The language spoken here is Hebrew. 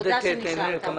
עודד, תנהל את הישיבה.